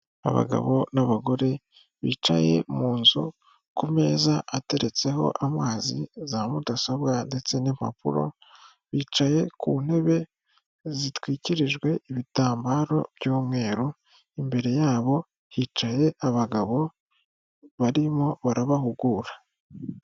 Abagabo n'abagore bicaye mu nzu, ku meza ateretseho amazi, za mudasobwa ndetse n'impapuro, bicaye ku ntebe zitwikirijwe ibitambaro by'umweru, imbere yabo hicaye abagabo barimo barabahugura.